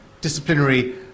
disciplinary